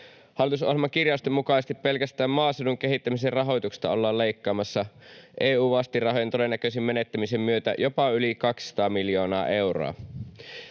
Hallitusohjelmakirjausten mukaisesti pelkästään maaseudun kehittämisen rahoituksesta ollaan leikkaamassa EU-vastinrahojen todennäköisen menettämisen myötä jopa yli 200 miljoonaa euroa.